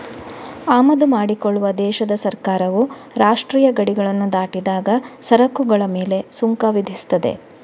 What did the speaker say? ಆಮದು ಮಾಡಿಕೊಳ್ಳುವ ದೇಶದ ಸರ್ಕಾರವು ರಾಷ್ಟ್ರೀಯ ಗಡಿಗಳನ್ನ ದಾಟಿದಾಗ ಸರಕುಗಳ ಮೇಲೆ ಸುಂಕ ವಿಧಿಸ್ತದೆ